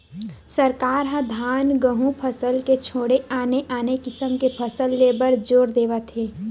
सरकार ह धान, गहूँ फसल के छोड़े आने आने किसम के फसल ले बर जोर देवत हे